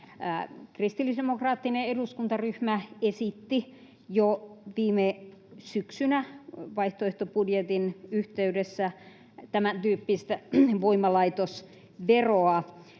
Kristillisdemokraattinen eduskuntaryhmä esitti jo viime syksynä vaihtoehtobudjetin yhteydessä tämäntyyppistä voimalaitosveroa.